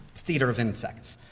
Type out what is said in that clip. theatre of insects,